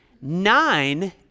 nine